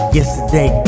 Yesterday